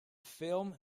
film